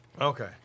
Okay